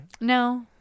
No